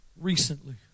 recently